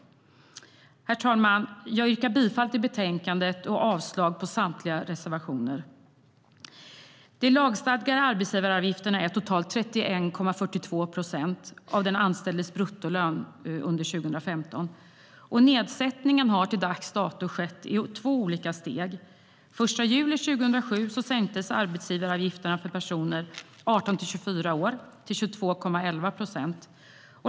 Herr talman! Jag yrkar bifall till utskottets förslag i betänkandet och avslag på samtliga reservationer. De lagstadgade arbetsgivaravgifterna är totalt 31,42 procent av den anställdes bruttolön under 2015. Nedsättningen har till dags dato genomförts i två olika steg. Den 1 juli 2007 sänktes arbetsgivaravgifterna för personer mellan 18 och 24 år till 22,11 procent.